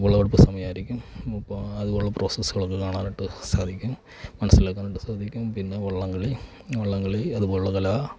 വിളവെടുപ്പ് സമയമായിരിക്കും അപ്പോള് അതുപോലെയുള്ള പ്രോസസ്സുകൾ ഒക്കെ കാണാനായിട്ട് സാധിക്കും മനസ്സിലാക്കാനായിട്ട് സാധിക്കും പിന്നെ വള്ളംകളി വള്ളംകളി അതുപോലുള്ള കലാ